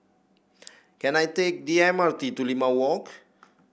can I take the M R T to Limau Walk